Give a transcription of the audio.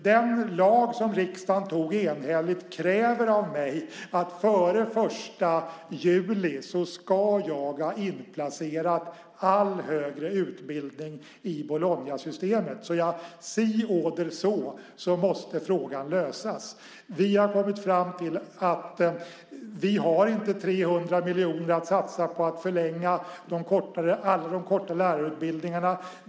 Den lag som riksdagen antog enhälligt kräver av mig att före den 1 juli ha inplacerat all högre utbildning i Bolognasystemet. Si oder so måste frågan besvaras. Vi har kommit fram till att vi inte har 300 miljoner att satsa på att förlänga alla de korta lärarutbildningarna.